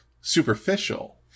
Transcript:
superficial